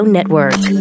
Network